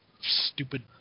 stupid